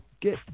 get